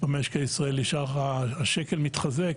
במשק הישראלי, כשהשקל מתחזק